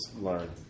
learn